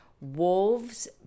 wolves